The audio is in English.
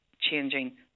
changing